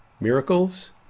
miracles